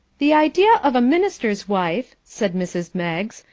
the idea of a minister's wife, said mrs. meggs,